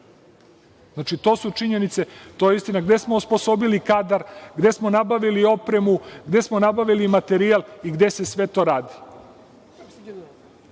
Znači, to su činjenice, to je istina gde smo osposobili kadar, gde smo nabavili opremu, gde smo nabavili materijal i gde se sve to radi.